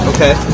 Okay